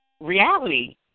reality